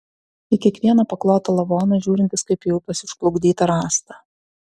į kiekvieną paklotą lavoną žiūrintis kaip į upės išplukdytą rąstą